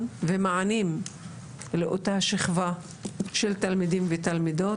ומענים לאותה שכבה של תלמידים ותלמידות.